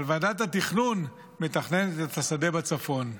אבל ועדת התכנון מתכננת את השדה בצפון.